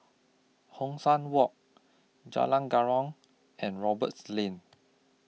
Hong San Walk Jalan and Roberts Lane